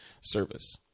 service